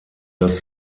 das